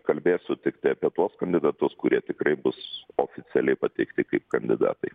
kalbėsiu tiktai apie tuos kandidatus kurie tikrai bus oficialiai pateikti kaip kandidatai